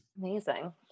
Amazing